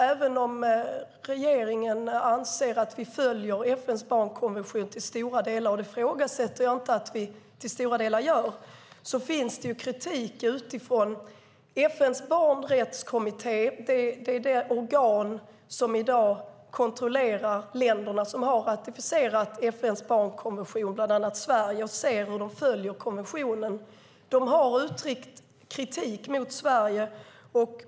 Även om regeringen anser att vi till stora delar följer FN:s barnkonvention - och jag ifrågasätter inte att vi till stora delar gör det - finns det kritik utifrån. FN:s barnrättskommitté är det organ som i dag kontrollerar de länder som har ratificerat FN:s barnkonvention, bland annat Sverige, och ser hur de följer konventionen. De har uttryckt kritik mot Sverige.